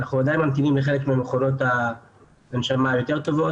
אנחנו עדיין ממתינים לחלק ממכונות ההנשמה היותר טובות,